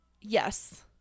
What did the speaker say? Yes